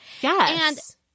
Yes